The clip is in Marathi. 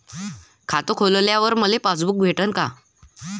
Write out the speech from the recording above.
खातं खोलल्यावर मले पासबुक भेटन का?